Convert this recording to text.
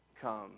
come